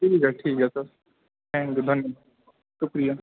ٹھیک ہے ٹھیک ہے سر تھینک یو دھنے واد شُکریہ